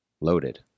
Loaded